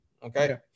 okay